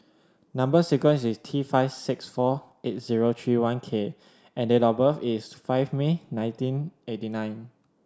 number sequence is T five six four eight zero three one K and date of birth is five May nineteen eighty nine